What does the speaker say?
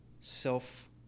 self